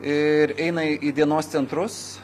ir eina į dienos centrus